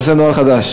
נעשה נוהל חדש.